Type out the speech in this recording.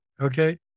Okay